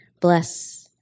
bless